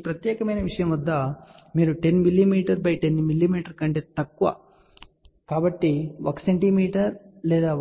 ఈ ప్రత్యేకమైన విషయం వద్ద మీరు 10 మిమీ 10 మిమీ కంటే తక్కువ కాబట్టి 1 సెంటీమీటర్